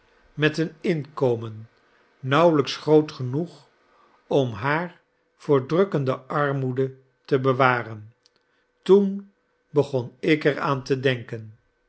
met een inkomen nauwelijks groot genoeg om haar voor drukkende armoede te bewaren toen begon ik er aan te denken